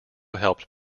helped